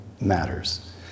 matters